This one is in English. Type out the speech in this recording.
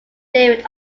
david